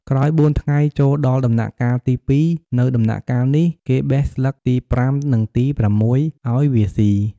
ក្រោយ៤ថ្ងៃ ចូលដល់ដំណាក់កាលទី២ នៅដំណាក់កាលនេះ គេបេះស្លឹកទី៥ និងទី៦ អោយវាសុី។